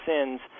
sins